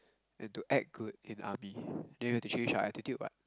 and to act good in army then we have to change our attitude [what]